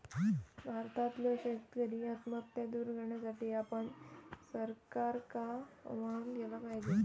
भारतातल्यो शेतकरी आत्महत्या दूर करण्यासाठी आपण सरकारका आवाहन केला पाहिजे